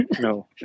no